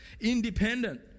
independent